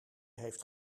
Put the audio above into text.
heeft